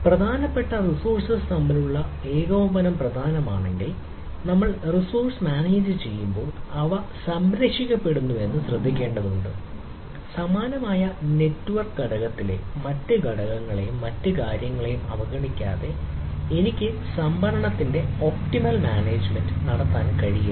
പ്രധാനപ്പെട്ട റിസോഴ്സ്സ് തമ്മിലുള്ള ഏകോപനം പ്രധാനമാണെങ്കിൽ നമ്മൾ റിസോഴ്സ്സ് മാനേജുചെയ്യുമ്പോൾ അവ സംരക്ഷിക്കപ്പെടുന്നുവെന്ന് ശ്രദ്ധിക്കേണ്ടതുണ്ട് സമാനമായ നെറ്റ്വർക്ക് ഘടകത്തിന്റെ മറ്റ് ഘടകങ്ങളെയും മറ്റ് കാര്യങ്ങളെയും അവഗണിക്കാതെ എനിക്ക് സംഭരണത്തിന്റെ ഒപ്റ്റിമൽ മാനേജുമെന്റ് നടത്താൻ കഴിയില്ല